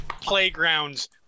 playgrounds